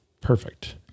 perfect